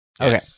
Okay